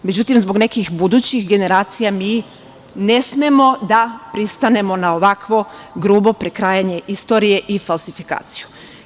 Međutim, zbog nekih budućih generacija mi ne smemo da pristanemo na ovakvo grubo prekrajanje istorije i falsifikaciju.